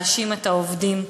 להאשים את העובדים.